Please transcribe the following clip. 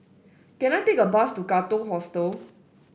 can I take a bus to Katong Hostel